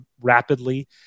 rapidly